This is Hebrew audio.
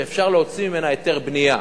שאפשר להוציא ממנה היתר בנייה,